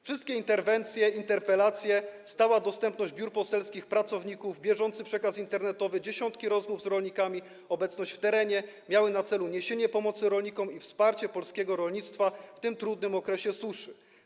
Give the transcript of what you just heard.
Wszystkie interwencje, interpelacje, stała dostępność pracowników biur poselskich, bieżący przekaz internetowy, dziesiątki rozmów z rolnikami, obecność w terenie miały na celu niesienie pomocy rolnikom i wsparcie polskiego rolnictwa w tym trudnym okresie suszy.